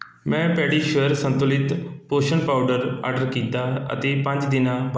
ਮੈਂ ਪੈਡੀਸੁਅਰ ਸੰਤੁਲਿਤ ਪੋਸ਼ਣ ਪਾਊਡਰ ਆਡਰ ਕੀਤਾ ਅਤੇ ਪੰਜ ਦਿਨਾਂ ਬਾਅਦ ਡਿਲੀਵਰ ਕੀਤਾ